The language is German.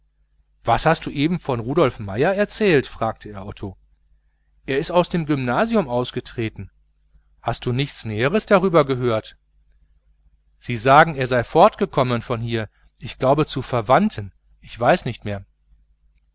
was hast du eben von rudolf meier erzählt fragte er otto er ist aus dem gymnasium ausgetreten hast du nichts näheres darüber gehört sie sagen er sei fortgekommen von hier ich glaube zu verwandten ich weiß nicht mehr